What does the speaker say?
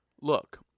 look